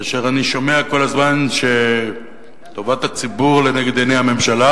כאשר אני שומע כל הזמן שטובת הציבור לנגד עיני הממשלה